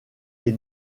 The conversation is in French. les